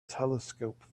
telescope